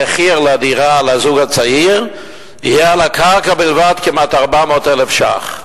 המחיר לדירה לזוג הצעיר יהיה על הקרקע בלבד כמעט 400,000 ש"ח.